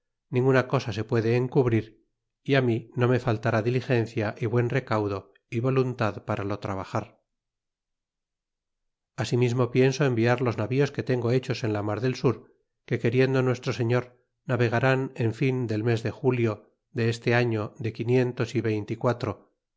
ninguna cosa se puede encubrie y mi no me faltará di ligencia y buen recaudo y voluntad para lo trabajar asimismo pienso enviar los navíos que tengo hechos en la mar del sur que queriendo nuestro señor navegarán en fin del mes de julio de este año de quinientos y